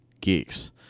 geeks